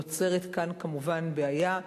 נוצרת כמובן בעיה.